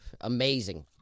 Amazing